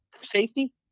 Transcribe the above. safety